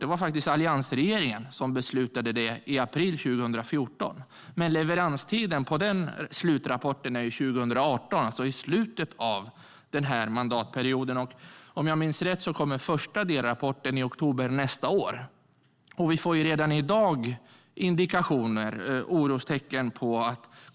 Det var faktiskt alliansregeringen som beslutade om det i april 2014. Men leveranstiden för slutrapporten är 2018, alltså i slutet av den här mandatperioden. Om jag minns rätt kommer den första delrapporten i oktober nästa år. Redan i dag ser vi indikationer och orostecken.